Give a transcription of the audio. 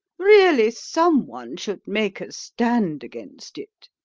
really, some one should make a stand against it.